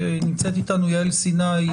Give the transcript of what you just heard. נמצאת איתנו יעל סיני,